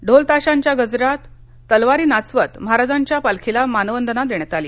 ढोल ताशांच्या गजरात तलवारी नाचवत महाराजांच्या पालखीला मानवंदना देण्यात आली